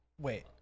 Wait